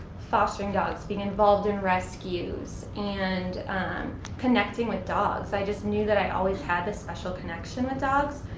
fostering dogs, being involved in rescues, and connecting with dogs. i just knew that i always had this special connection with dogs.